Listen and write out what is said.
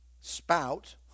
spout